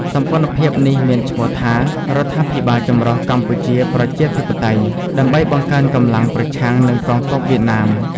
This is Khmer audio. សម្ព័ន្ធភាពនេះមានឈ្មោះថា «រដ្ឋាភិបាលចម្រុះកម្ពុជាប្រជាធិបតេយ្យ» ដើម្បីបង្កើនកម្លាំងប្រឆាំងនឹងកងទ័ពវៀតណាម។